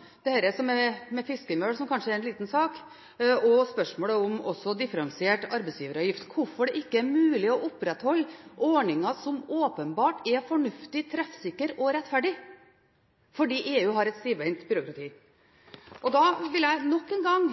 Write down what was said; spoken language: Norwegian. som kanskje er en liten sak, og spørsmålet om differensiert arbeidsgiveravgift, og hvorfor det ikke er mulig å opprettholde ordninger som åpenbart er fornuftige, treffsikre og rettferdige, fordi EU har et stivbeint byråkrati. Da vil jeg nok en gang